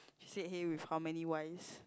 he sat here with how many wise